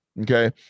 okay